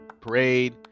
Parade